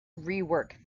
rework